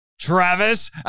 Travis